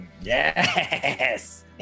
yes